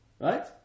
Right